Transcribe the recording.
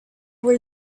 were